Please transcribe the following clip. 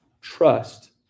Trust